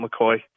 McCoy